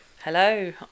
Hello